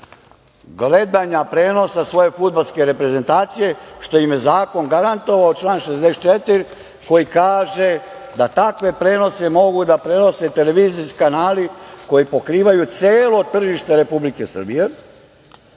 gledanja prenosa svoje fudbalske reprezentacije, što im je zakon garantovao, član 64, koji kaže da takve prenose mogu da prenose televizijski kanali koji pokrivaju celo tržište Republike Srbije,